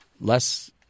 less